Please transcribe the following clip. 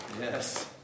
Yes